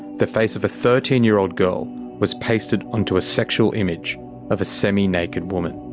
the face of a thirteen year-old girl was pasted onto a sexual image of a semi-naked woman.